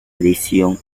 edición